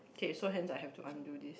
okay so hence I have to undo this